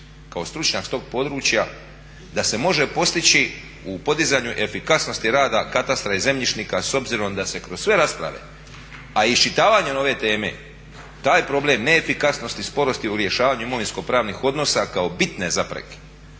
kao stručnjak s tog područja, da se može postići u podizanju efikasnosti rada katastra i zemljišnika s obzirom da se kroz sve rasprave, a i iščitavanjem ove teme taj problem neefikasnosti, sporosti u rješavanju imovinsko-pravnih odnosa kao bitne zapreke